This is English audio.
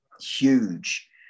huge